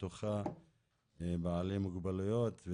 פתוחה עם בעלי מוגבלויות,